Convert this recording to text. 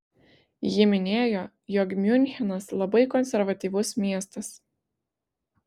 ji minėjo jog miunchenas labai konservatyvus miestas